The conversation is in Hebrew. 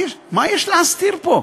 מה יש להסתיר פה?